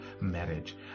marriage